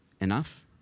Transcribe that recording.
enough